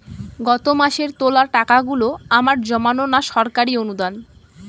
গত মাসের তোলা টাকাগুলো আমার জমানো না সরকারি অনুদান?